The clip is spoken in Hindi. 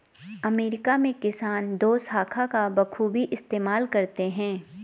अमेरिका में किसान दोशाखा का बखूबी इस्तेमाल करते हैं